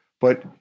but-